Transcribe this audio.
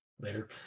later